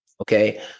okay